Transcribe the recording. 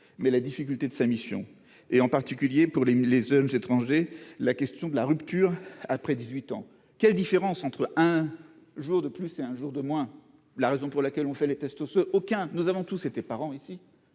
mais la difficulté de sa mission, et en particulier pour les jeunes étrangers, la question de la rupture après 18 ans, quelle différence entre un. Jour de plus, c'est un jour de moins la raison pour laquelle on fait les tests osseux aucun, nous avons tous été parents ici